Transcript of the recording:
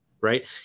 right